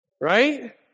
right